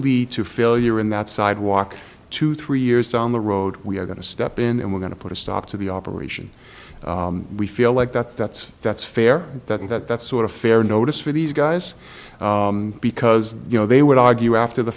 lead to failure in that sidewalk to three years down the road we are going to step in and we're going to put a stop to the operation we feel like that's that's that's fair that's sort of fair notice for these guys because you know they would argue after the